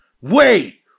Wait